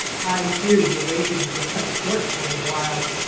i fear your rations were cut short for a while!